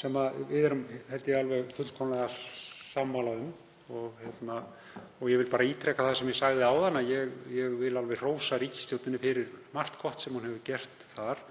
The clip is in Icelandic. sem við erum, held ég, alveg fullkomlega sammála um. Ég vil bara ítreka það sem ég sagði áðan að ég vil alveg hrósa ríkisstjórninni fyrir margt gott sem hún hefur gert þar.